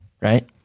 right